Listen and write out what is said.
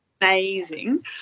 amazing